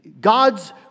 God's